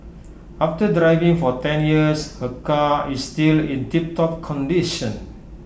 after driving for ten years her car is still in tiptop condition